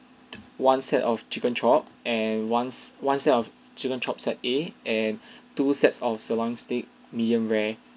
one set of chicken chop and one s~ one set of chicken chop set A and two sets of sirloin steak medium rare